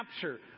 capture